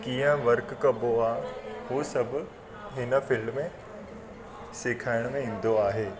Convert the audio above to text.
कीअं वर्क कॿो आहे हू सभु हिन फील्ड में सेखारण में ईंदो आहे